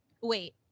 wait